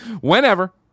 whenever